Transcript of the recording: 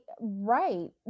right